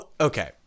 Okay